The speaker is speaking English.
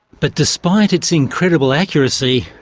but despite its incredible accuracy,